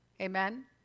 amen